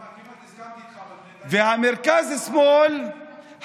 כמעט הסכמתי איתך, אבל נתניהו, והמרכז-שמאל המתנשא